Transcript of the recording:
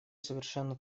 совершенно